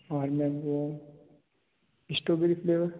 और मैम वो strawberry flavour